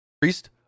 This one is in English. Priest